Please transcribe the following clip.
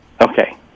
Okay